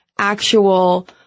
actual